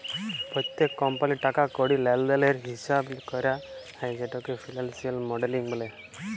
প্যত্তেক কমপালির টাকা কড়ির লেলদেলের হিচাব ক্যরা হ্যয় যেটকে ফিলালসিয়াল মডেলিং ব্যলে